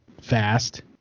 fast